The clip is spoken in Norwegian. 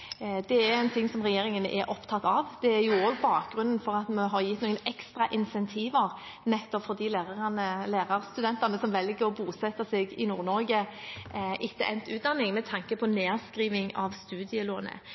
som regjeringen er opptatt av. Det er også bakgrunnen for at vi har gitt ekstra incentiver til lærerstudentene som velger å bosette seg i Nord-Norge etter endt utdanning – med tanke på nedskriving av studielånet.